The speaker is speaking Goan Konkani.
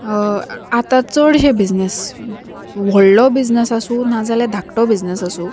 आतां चडशे बिझनस व्हडलो बिझनस आसूं नाजाल्यार धाकटो बिझनस आसूं